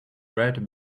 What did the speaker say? red